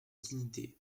dignité